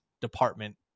department